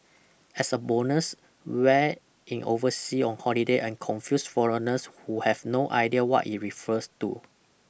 as a bonus wear in oversea on holiday and confuse foreigners who have no idea what it refers to